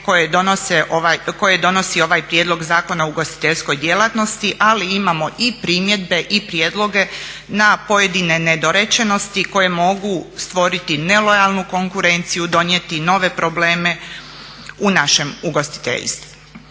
koje donosi ovaj prijedlog Zakona o ugostiteljskoj djelatnosti ali imamo i primjedbe i prijedloge na pojedine nedorečenosti koje mogu stvoriti nelojalnu konkurenciju, donijeti nove probleme u našem ugostiteljstvu.